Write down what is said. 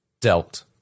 dealt